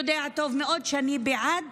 יודע טוב מאוד שאני בעד